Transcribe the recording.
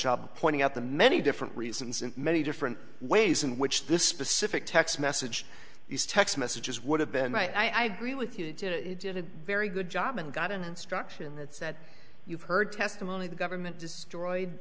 job pointing out the many different reasons in many different ways in which this specific text message is text messages would have been right i agree with you did it did a very good job and got an instruction that said you've heard testimony the government destroyed